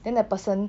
then the person